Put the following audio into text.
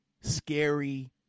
scary